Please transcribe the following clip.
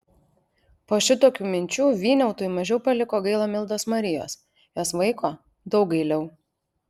po šitokių minčių vyniautui mažiau paliko gaila mildos marijos jos vaiko daug gailiau